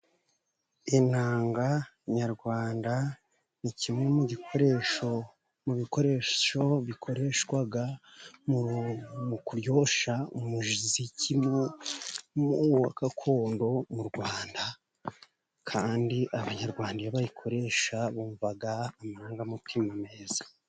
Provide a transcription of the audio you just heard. Inanga nyarwanda, ni kimwe mu bikoresho bikoreshwa mu kuryoshya umuziki wa gakondo mu Rwanda, kandi Abanyarwanda iyo bayikoresha bumva amarangamutima meza.